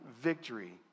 victory